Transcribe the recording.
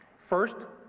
first,